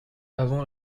avant